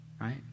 Right